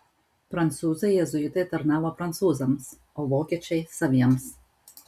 prancūzai jėzuitai tarnavo prancūzams o vokiečiai saviems